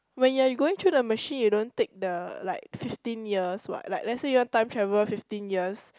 when you are you going through the machine you don't take the like fifteen years what like let's say you want to time travel fifteen years